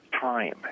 time